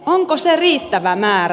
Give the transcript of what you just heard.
onko se riittävä määrä